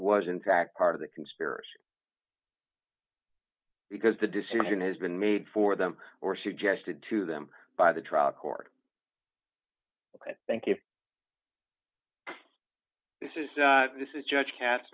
was in fact part of the conspiracy because the decision has been made for them or suggested to them by the trial court thank you this is this is judge kat